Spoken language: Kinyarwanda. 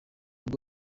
ngo